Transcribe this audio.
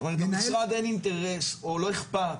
אז למשרד אין אינטרס, או לא אכפת לו.